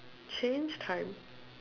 change time